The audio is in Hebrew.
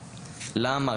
למה,